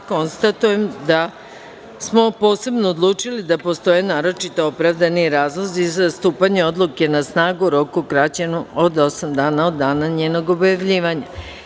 Konstatujem da smo posebno odlučili da postoje naročito opravdani razlozi za stupanje odluke na snagu u roku kraćem od osam dana od dana njenog objavljivanja.